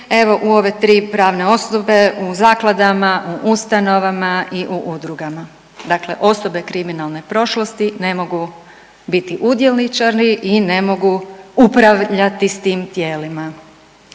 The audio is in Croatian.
evo u ove tri pravne osobe u zakladama u ustanovama i u udrugama. Dakle, osobe kriminalne prošlosti ne mogu biti udjelničari i ne mogu upravljati sa tim tijelima.